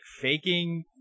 faking